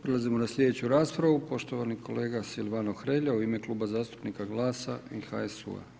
Prelazimo na sljedeću raspravu, poštovani kolega Silvano Hrelja u ime Kluba zastupnika GLAS-a i HSU-a.